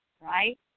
right